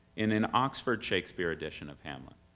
in an oxford shakespeare edition of hamlet.